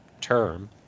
term